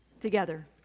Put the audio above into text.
together